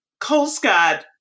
Colescott